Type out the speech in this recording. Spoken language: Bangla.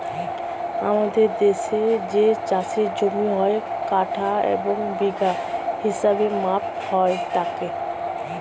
আমাদের দেশের যেই চাষের জমি হয়, কাঠা এবং বিঘা হিসেবে মাপা হয় তাকে